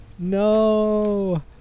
No